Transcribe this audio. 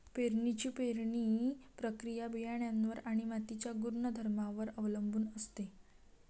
पेरणीची पेरणी प्रक्रिया बियाणांवर आणि मातीच्या गुणधर्मांवर अवलंबून असते